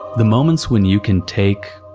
the moments when you can take